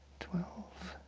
twelve,